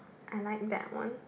I like that one